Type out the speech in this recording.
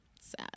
sad